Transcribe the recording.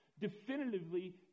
definitively